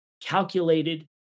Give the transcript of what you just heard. calculated